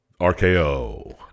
RKO